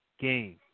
game